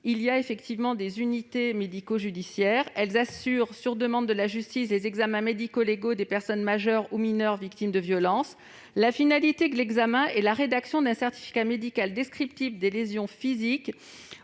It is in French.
des victimes. Les unités médico-judiciaires, ou UMJ, assurent, sur demande de la justice, les examens médico-légaux des personnes majeures ou mineures victimes de violences. La finalité de l'examen est la rédaction d'un certificat médical descriptif des lésions physiques